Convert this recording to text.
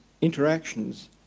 interactions